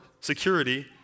security